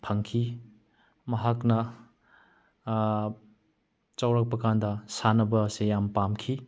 ꯐꯪꯈꯤ ꯃꯍꯥꯛꯅ ꯆꯥꯎꯔꯛꯄ ꯀꯥꯟꯗ ꯁꯥꯟꯅꯕ ꯑꯁꯦ ꯌꯥꯝ ꯄꯥꯝꯈꯤ